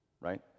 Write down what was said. right